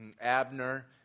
Abner